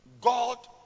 God